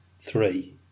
three